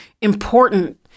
important